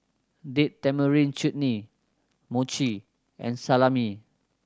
Date Tamarind Chutney Mochi and Salami